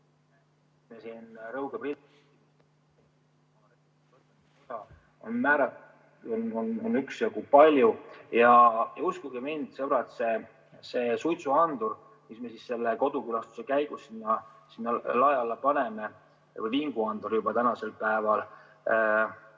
Rõuge ... on üksjagu palju. Uskuge mind, sõbrad, see suitsuandur, mille me selle kodukülastuse käigus lae alla paneme, või vinguandur tänasel päeval,